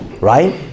right